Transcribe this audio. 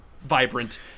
vibrant